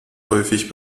häufig